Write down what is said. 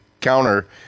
counter